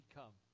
come